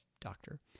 doctor